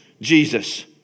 Jesus